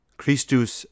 Christus